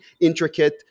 intricate